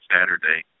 Saturday